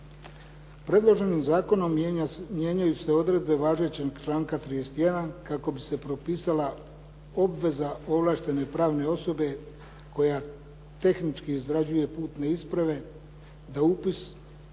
Predloženim zakonom mijenjaju se odredbe važećeg članka 31. kako bi se propisala obveza ovlaštene pravne osobe koja tehnički izrađuje putne isprave da upis